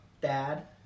dad